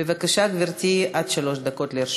בבקשה, גברתי, עד שלוש דקות לרשותך.